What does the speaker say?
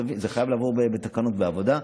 זה חייב לעבור בתקנות בעבודה.